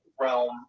realm